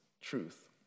truth